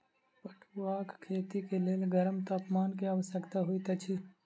पटुआक खेती के लेल गर्म तापमान के आवश्यकता होइत अछि